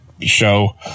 show